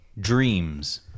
dreams